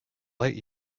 light